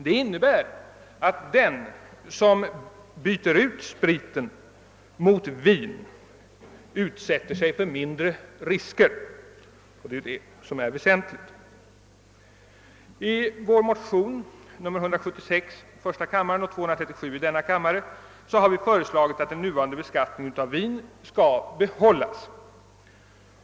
Det innebär att den som byter ut spriten mot vin utsätter sig för mindre risker, och det är detta som är väsentligt. I motionsparet I: 176 och II: 237 har vi föreslagit att den nuvarande beskattningen av vin skall behållas.